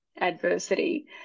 adversity